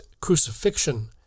crucifixion